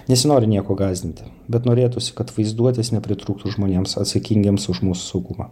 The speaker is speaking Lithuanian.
nesinori nieko gąsdinti bet norėtųsi kad vaizduotės nepritrūktų žmonėms atsakingiems už mūsų saugumą